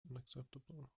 unacceptable